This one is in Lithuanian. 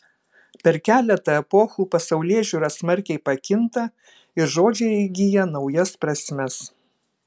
per keletą epochų pasaulėžiūra smarkiai pakinta ir žodžiai įgyja naujas prasmes